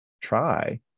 try